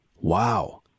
wow